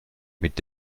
mit